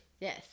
Yes